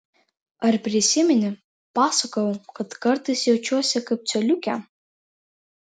ar prisimeni pasakojau kad kartais jaučiuosi kaip coliukė